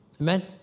Amen